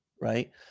right